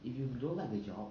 if you don't like the job